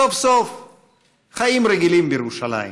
סוף-סוף חיים רגילים בירושלים.